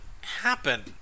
happen